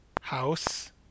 House